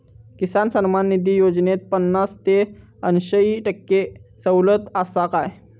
किसान सन्मान निधी योजनेत पन्नास ते अंयशी टक्के सवलत आसा काय?